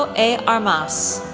ah a. armas,